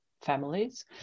families